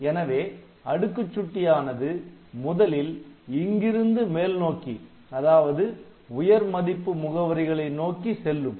எனவே அடுக்குச் சுட்டி ஆனது முதலில் இங்கிருந்து மேல்நோக்கி அதாவது உயர் மதிப்பு முகவரிகளை நோக்கி செல்லும்